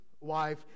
wife